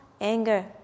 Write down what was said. anger